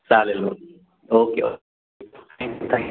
चालेल मग okay okay thank you thank you